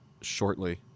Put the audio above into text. shortly